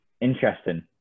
Interesting